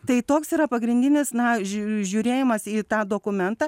tai toks yra pagrindinis na žiū žiūrėjimas į tą dokumentą